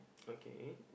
okay